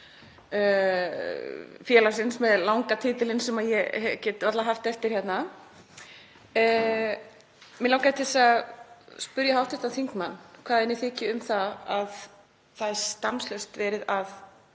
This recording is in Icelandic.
félagsins með langa titlinum sem ég get varla haft eftir hérna. Mig langaði til að spyrja hv. þingmann hvað henni þyki um það að það er stanslaust verið að